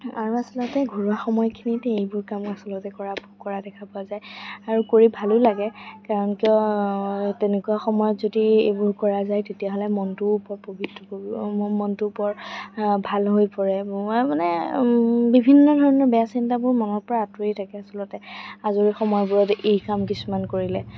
আৰু আচলতে ঘৰুৱা সময়খিনিত এইবোৰ কাম আচলতে কৰা কৰা দেখা পোৱা যায় আৰু কৰি ভালো লাগে কাৰণ কিয় তেনেকুৱা সময়ত যদি এইবোৰ কৰা যায় তেতিয়াহ'লে মনটোও পবিত্ৰ মনটোও বৰ ভাল হৈ পৰে মই মানে বিভিন্ন ধৰণৰ বেয়া চিন্তাবোৰ মনৰ পৰা আঁতৰি থাকে আচলতে আজৰি সময়বোৰত এই কাম কিছুমান কৰিলে